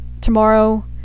tomorrow